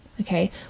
Okay